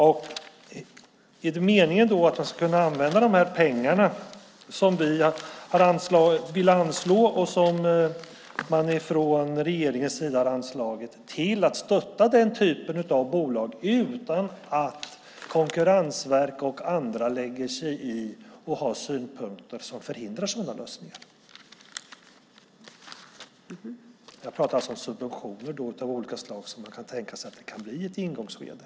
Är det meningen att man ska kunna använda de pengar som vi vill anslå och som regeringen har anslagit till att stötta den typen av bolag utan att konkurrensverk och andra lägger sig i och har synpunkter som förhindrar sådana lösningar? Jag pratar alltså om subventioner av olika slag som det kan tänkas bli i ett ingångsskede.